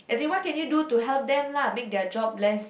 as in what can you do to help them lah make their job less